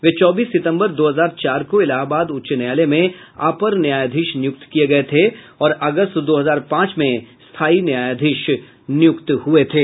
वे चौबीस सितम्बर दो हजार चार को इलाहाबाद उच्च न्यायालय में अपर न्यायाधीश नियुक्त किये गये थे और अगस्त दो हजार पांच में स्थायी न्यायाधीश नियुक्त हुये थे